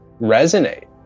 resonate